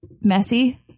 messy